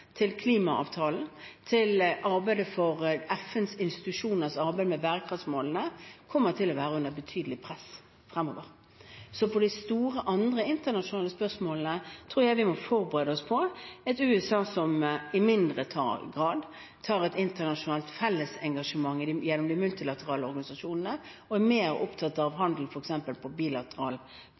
til klimaavtalen og til arbeidet for FN-institusjoners arbeid med bærekraftsmålene kommer til å være under betydelig press fremover. Så i de andre store internasjonale spørsmålene tror jeg vi må forberede oss på et USA som i mindre grad tar et internasjonalt felles engasjement gjennom de multilaterale organisasjonene og er mer opptatt av handel, f.eks. på